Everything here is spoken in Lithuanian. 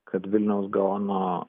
kad vilniaus gaono